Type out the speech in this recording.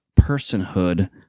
personhood